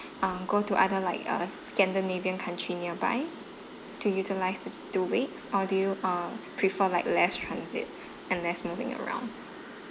um go to other like uh scandinavian country nearby to utilise the two weeks or do you uh prefer like less transit and less moving around